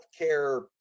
healthcare